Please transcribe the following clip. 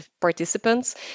participants